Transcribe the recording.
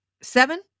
seven